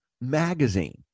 magazine